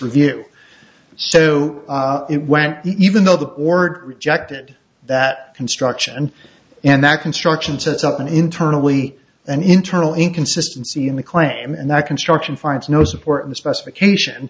review so it went even though the board rejected that construction and that construction sets up an internally an internal inconsistency in the claim and that construction finds no support in the specification